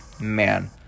Man